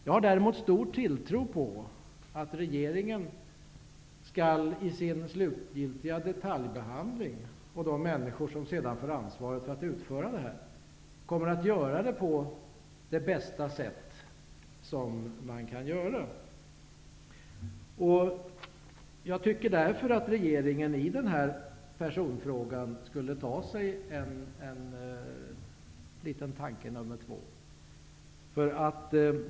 Jag har däremot stor tilltro till att de människor som efter regeringens slutgiltiga detaljbehandling får ansvaret för genomförandet kommer att göra det på bästa möjliga sätt. Jag tycker därför att regeringen skall ta sig en liten funderare i personfrågan, en tanke nummer två.